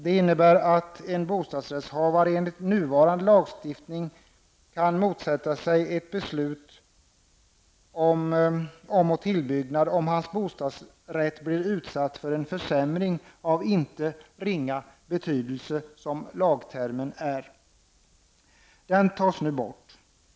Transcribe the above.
Den innebär att en bostadsrättshavare enligt nuvarande lagstiftning kan motsätta sig ett beslut om om och tillbyggnad, om hans bostadsrätt blir utsatt för en försämring av inte ringa betydelse, som lagtermen lyder. Den tas nu bort.